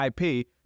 IP